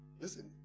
Listen